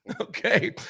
okay